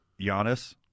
Giannis